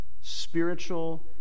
spiritual